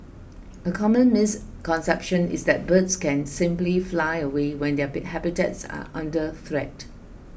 a common misconception is that birds can simply fly away when their habitats are under threat